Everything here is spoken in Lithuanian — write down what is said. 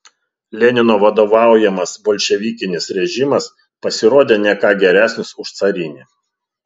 lenino vadovaujamas bolševikinis režimas pasirodė ne ką geresnis už carinį